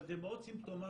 אבל זה מאוד סימפטומטי